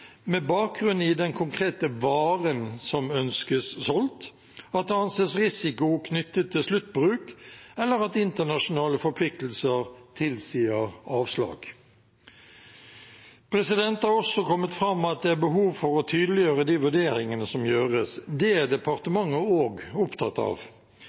med bakgrunn i den konkrete varen som ønskes solgt, at det anses risiko knyttet til sluttbruk, eller at internasjonale forpliktelser tilsier avslag. Det har også kommet fram at det er behov for å tydeliggjøre de vurderingene som gjøres. Det er departementet også opptatt av.